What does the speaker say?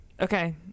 Okay